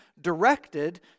directed